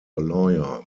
lawyer